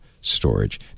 storage